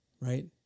Right